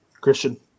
Christian